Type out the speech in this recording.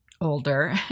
older